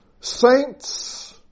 saints